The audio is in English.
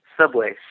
subways